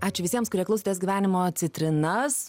ačiū visiems kurie klausotės gyvenimo citrinas